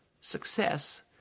success